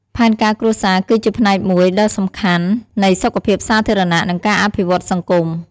ផែនការគ្រួសារគឺជាផ្នែកមួយដ៏សំខាន់នៃសុខភាពសាធារណៈ និងការអភិវឌ្ឍសង្គម។